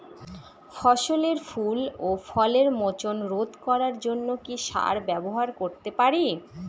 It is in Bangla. ফসলের ফুল ও ফলের মোচন রোধ করার জন্য কি সার ব্যবহার করতে পারি?